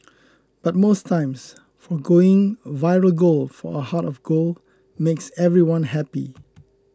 but most times foregoing viral gold for a heart of gold makes everyone happy